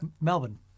Melbourne